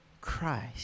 Christ